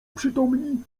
przytomni